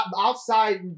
outside